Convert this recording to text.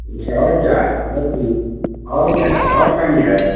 अच्छा और क्या है और कौन और क्या और कही है